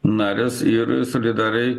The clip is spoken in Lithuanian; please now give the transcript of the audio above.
narės ir solidariai